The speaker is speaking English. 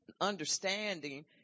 understanding